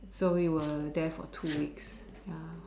so we were there for two weeks ya